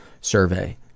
survey